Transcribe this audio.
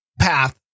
path